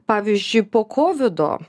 pavyzdžiui po kovido